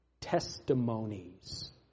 testimonies